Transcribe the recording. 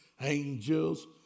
angels